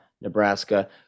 Nebraska